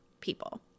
people